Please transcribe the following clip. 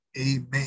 Amen